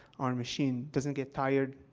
our machine, doesn't get tired,